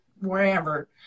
wherever